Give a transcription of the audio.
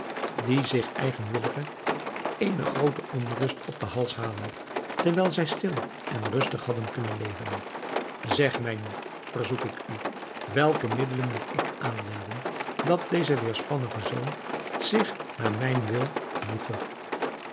die zich eigenwillig eene groote onrust op den hals halen terwijl zij stil en rustig hadden kunnen leven zeg mij nu verzoek ik u welke middelen moet ik aanwenden dat deze weêrspannige zoon zich naar mijn wil voege